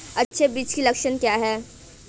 अच्छे बीज के लक्षण क्या हैं?